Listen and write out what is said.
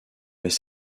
mais